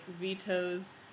vetoes